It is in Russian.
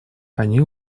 они